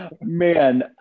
Man